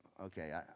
Okay